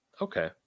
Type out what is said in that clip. Okay